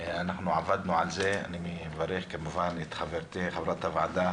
אנחנו עבדנו על זה ואני מברך כמובן את חברת הוועדה